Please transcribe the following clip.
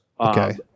Okay